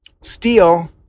steel